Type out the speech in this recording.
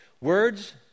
Words